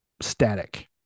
static